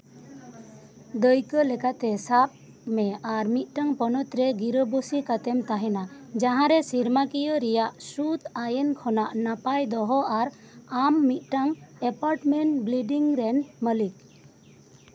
ᱫᱟᱹᱭᱠᱟᱹ ᱞᱮᱠᱟᱛᱮ ᱥᱟᱵ ᱢᱮ ᱟᱨ ᱢᱤᱫᱴᱟᱱ ᱯᱚᱱᱚᱛᱨᱮ ᱜᱤᱨᱟᱹᱵᱟᱹᱥᱤ ᱠᱟᱛᱮᱢ ᱛᱟᱦᱮᱱᱟ ᱡᱟᱦᱟᱸᱨᱮ ᱥᱮᱨᱢᱟᱠᱤᱭᱟᱹ ᱨᱮᱭᱟᱜ ᱥᱩᱫ ᱟᱭᱤᱱ ᱠᱷᱚᱱᱟᱜ ᱱᱟᱯᱟᱭ ᱫᱚᱦᱚ ᱟᱨ ᱟᱢ ᱢᱤᱫᱴᱮᱱ ᱮᱯᱟᱨᱴᱢᱮᱱᱴ ᱵᱤᱞᱰᱤᱝ ᱨᱮᱱ ᱢᱟᱹᱞᱤᱠ